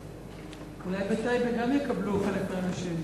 אולי בטייבה גם יקבלו חלק מהאנשים.